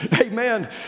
Amen